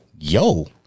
yo